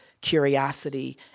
curiosity